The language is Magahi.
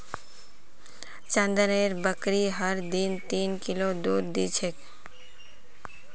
चंदनेर बकरी हर दिन तीन किलो दूध दी छेक